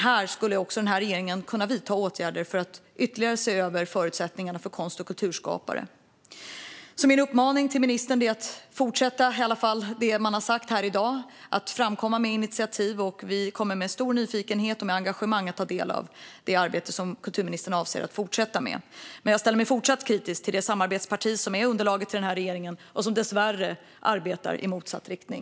Här skulle den här regeringen kunna vidta åtgärder för att ytterligare se över förutsättningarna också för konst och kulturskapare. Min uppmaning till ministern är att fortsätta i alla fall med det man sagt här i dag om att framkomma med initiativ. Vi kommer med stor nyfikenhet och engagemang att ta del av det arbete som kulturministern avser att fortsätta med. Men jag ställer mig fortsatt kritisk till det samarbetsparti som är underlaget till den här regeringen och som dessvärre arbetar i motsatt riktning.